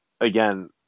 Again